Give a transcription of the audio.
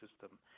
system